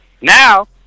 Now